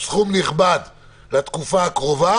סכום נכבד לתקופה הקרובה.